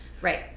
right